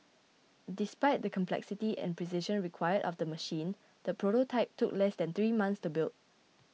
despite the complexity and precision required of the machine the prototype took less than three months to build